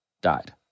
died